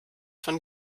von